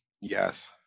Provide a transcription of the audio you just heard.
Yes